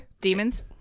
Demons